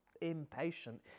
impatient